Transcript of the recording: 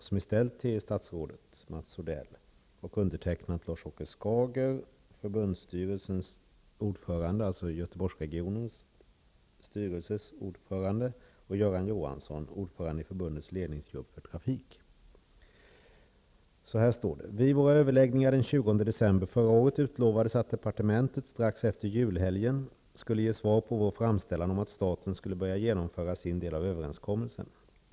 Det är ställt till statsrådet Mats Odell och undertecknat av Lars Åke Skager, styrelseordförande i kommunalförbundet för samordning och utveckling över kommungränserna i ''Vid våra överläggningar den 20 december förra året utlovades att departementet, strax efter julhelgen, skulle ge svar på vår framställan om att staten skall börja genomföra sin del av överenskommelsen.